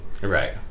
Right